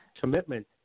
Commitment